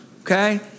okay